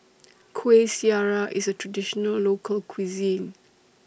Kuih Syara IS A Traditional Local Cuisine